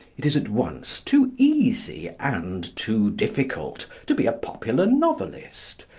it is at once too easy and too difficult to be a popular novelist.